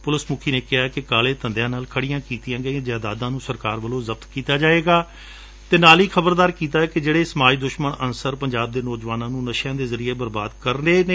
police ਮੁਖੀ ਨੇ ਕਿਹਾ ਕਿ ਕਾਲੇ ਧੰਦਿਆਂ ਨਾਲ ਖੜੀਆਂ ਕੀਤੀਆਂ ਗਈਆਂ ਜਾਇਦਾਦਾਂ ਨੂੰ ਸਰਕਾਰ ਵੱਲੋਂ ਜਬਤ ਕੀਤਾ ਜਾਵੇਗਾ ਅਤੇ ਨਾਲ ਹੀ ਖਬਰਦਾਰ ਵੀ ਕੀਤਾ ਕਿ ਜਿਹੜੇ ਸਮਾਜ ਦੁਸ਼ਮਣ ਅੰਸਰ ਪੰਜਾਬ ਦੇ ਨੌਜਵਾਨਾਂ ਨੂੰ ਨਸ਼ਿਆਂ ਦੇ ਜ਼ਰੀਏ ਬਰਬਾਰ ਕਰ ਰਹੇ ਨੇ